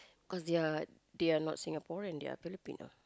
because they are they are not Singaporean they are Filipino